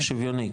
שוויוני?